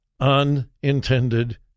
unintended